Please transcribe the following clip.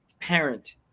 parent